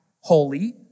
holy